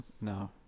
No